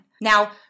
Now